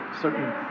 certain